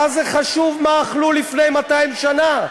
מה זה חשוב מה אכלו לפני 200 שנה?